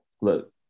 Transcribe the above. look